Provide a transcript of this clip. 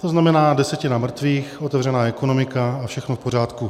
To znamená desetina mrtvých, otevřená ekonomika a všechno v pořádku.